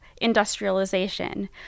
industrialization